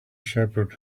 shepherd